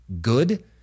good